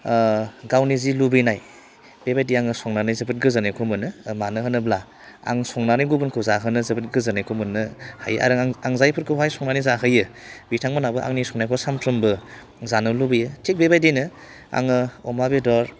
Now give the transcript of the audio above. गावनि जि लुबैनाय बेबायदि आङो संनानै जोबोद गोजोन्नायखौ मानो होनोब्ला आं संनानै गुबुनखौ जाहोनो जोबोर गोजोन्नायखौ मोनो हायो आरो आङो जायफोरखौ हाय संनानै जाहोयो बिथां मोनहाबो आंनि संनायखौ सामफ्रामबो जानो लुबैयो थिक बेबायदिनो आङो अमा बेदर